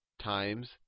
times